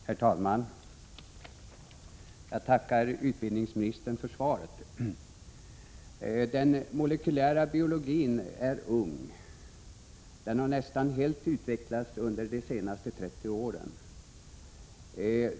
Herr talman! Jag tackar utbildningsministern för svaret. Den molekylära biologin är ung. Den har nästan helt utvecklats under de senaste 30 åren.